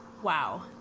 Wow